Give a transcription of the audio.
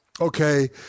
okay